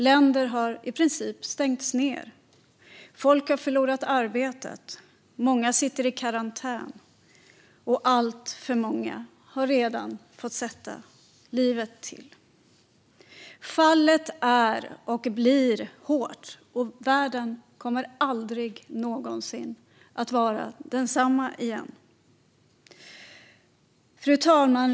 Länder har i princip stängts ned. Folk har förlorat arbetet, många sitter i karantän och alltför många har redan fått sätta livet till. Fallet är och blir hårt. Världen kommer aldrig någonsin att vara densamma igen. Fru talman!